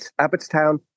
Abbottstown